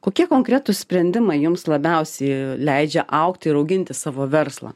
kokie konkretūs sprendimai jums labiausiai leidžia augti ir auginti savo verslą